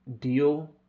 Deal